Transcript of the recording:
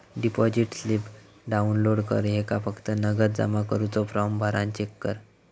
deposit slip download कर ह्येका फक्त नगद जमा करुचो फॉर्म भरान चेक कर